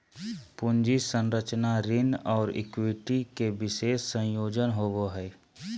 पूंजी संरचना ऋण और इक्विटी के विशेष संयोजन होवो हइ